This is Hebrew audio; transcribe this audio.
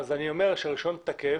אני אומר שהרישיון תקף